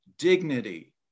dignity